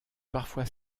parfois